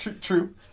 true